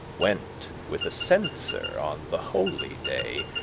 went with a censer on the holy day,